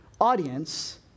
audience